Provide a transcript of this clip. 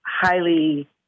highly